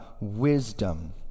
wisdom